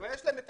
יש להם היתר,